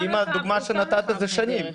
הדוגמה שנתת זה שנים.